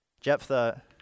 Jephthah